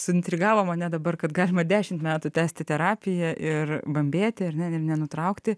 suintrigavo mane dabar kad galima dešimt metų tęsti terapiją ir bambėti ir ne ir nenutraukti